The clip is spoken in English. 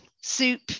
soup